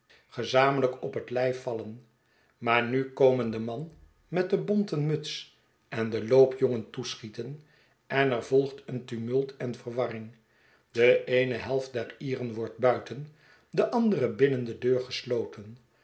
gezamenlijk op hetlijf vallen maar nu komen de man met de bonten muts en de loopjongen toeschieten en er volgt een tumult en verwarring de eene helft der ieren wordt buiten de andere binnen de deur gesloten